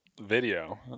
video